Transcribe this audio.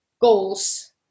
goals